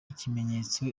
ikimenyetso